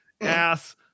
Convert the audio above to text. ass